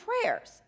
prayers